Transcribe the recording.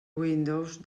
windows